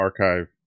archive